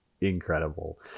incredible